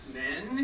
men